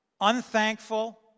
unthankful